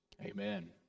Amen